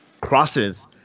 crosses